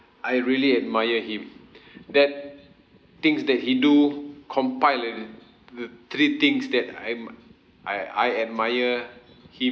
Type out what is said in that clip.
I really admire him that things that he do compile already the three things that I'm I I admire him